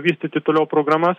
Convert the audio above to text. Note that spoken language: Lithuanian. vystyti toliau programas